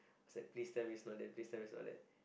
was please tell me it's not that please tell me it's not that